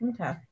Okay